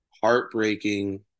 heartbreaking